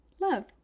love